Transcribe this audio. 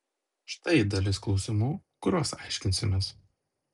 štai dalis klausimų kuriuos aiškinsimės